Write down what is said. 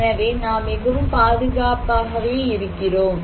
எனவே நாம் மிகவும் பாதுகாப்பாகவே இருக்கிறோம்